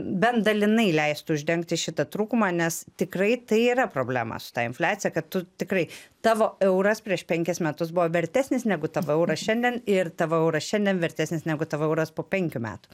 bent dalinai leistų uždengti šitą trūkumą nes tikrai tai yra problema su ta infliacija kad tu tikrai tavo euras prieš penkis metus buvo vertesnis negu tavo euras šiandien ir tavo euras šiandien vertesnis negu tavo euras po penkių metų